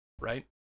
right